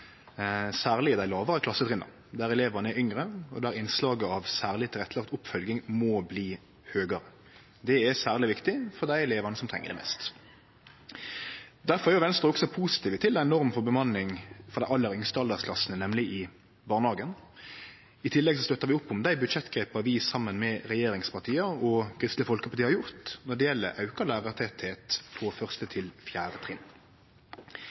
særleg i dei lågare klassetrinna, der elevane er yngre, og der innslaget av særleg tilrettelagt oppfølging må bli høgare. Det er særleg viktig for dei elevane som treng det mest. Derfor er vi i Venstre òg positive til ei norm for bemanning for dei aller yngste aldersklassane, nemleg for dei i barnehagen. I tillegg støttar vi opp om dei budsjettgrepa som vi saman med regjeringspartia og Kristeleg Folkeparti har gjort, når det gjeld auka